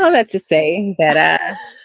um that's to say that a.